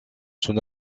son